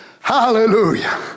hallelujah